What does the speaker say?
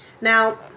Now